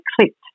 clicked